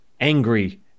angry